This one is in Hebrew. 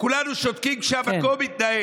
אני אשמח אם תשמע מה שיש לי לומר.